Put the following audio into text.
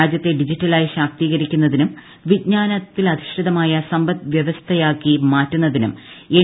രാജ്യത്തെ ഡിജിറ്റലായി ശാക്തീകരിക്കുന്നതിനും വിജ്ഞാന്ത്തിലധിഷ്ഠിതമായ സമ്പദ്വ്യവസ്ഥയാക്കി മാറ്റുന്നുതിനും എൻ